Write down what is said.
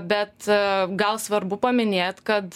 bet gal svarbu paminėt kad